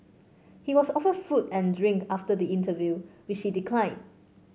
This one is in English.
he was offered food and drink after the interview which he declined